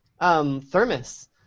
thermos